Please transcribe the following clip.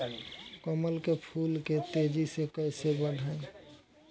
कमल के फूल के तेजी से कइसे बढ़ाई?